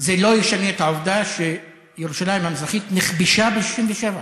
זה לא ישנה את העובדה שירושלים המזרחית נכבשה ב-67',